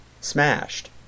Smashed